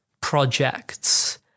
projects